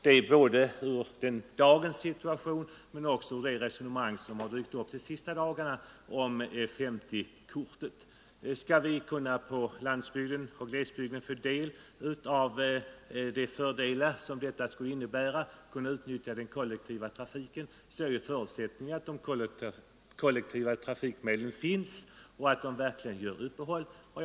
Jag tänker på dagens situation men också på de resonemang som dykt upp de senaste dagarna om 50-kortet. Skall vi på landsbygden, i glesbygderna, kunna dra någon nytta av detta och utnyttja den kollektiva trafiken är ju förutsättningen att de kollektiva trafikmedlen finns och att de verkligen gör uppehåll på olika platser.